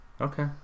okay